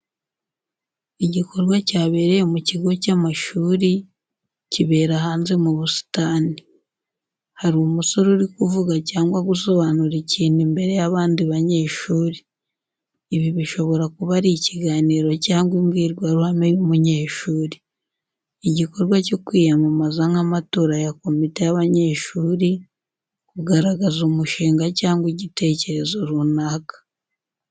Igikorwa cyabereye mu kigo cy’amashuri, kibera hanze mu busitani. Hari umusore uri kuvuga cyangwa gusobanura ikintu imbere y’abandi banyeshuri. Ibi bishobora kuba ari ikiganiro cyangwa imbwirwaruhame y’umunyeshuri. Igikorwa cyo kwiyamamaza nk’amatora ya komite y’abanyeshuri, kugaragaza umushinga cyangwa igitekerezo runaka.